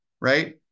right